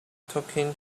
talking